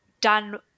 done